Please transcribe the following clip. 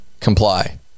comply